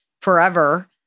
forever